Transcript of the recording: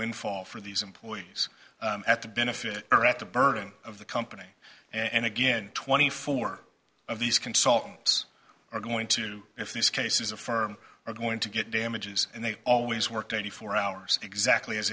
windfall for these employees at the benefit or at the burning the company and again twenty four of these consultants are going to if these cases a firm are going to get damages and they always worked eighty four hours exactly as